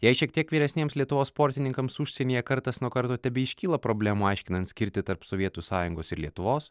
jei šiek tiek vyresniems lietuvos sportininkams užsienyje kartas nuo karto tebeiškyla problemų aiškinant skirtį tarp sovietų sąjungos ir lietuvos